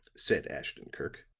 said ashton-kirk.